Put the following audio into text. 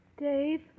Dave